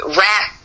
rap